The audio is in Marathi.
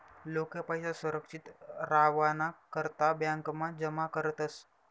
लोके पैसा सुरक्षित रावाना करता ब्यांकमा जमा करतस